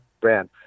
brand